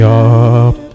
up